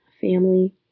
family